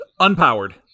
unpowered